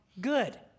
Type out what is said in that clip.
good